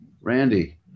Randy